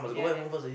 near near